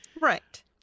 Right